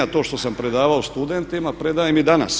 A to što sam predavao studentima, predajem i danas.